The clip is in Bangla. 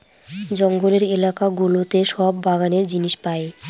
জঙ্গলের এলাকা গুলোতে সব বাগানের জিনিস পাই